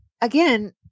again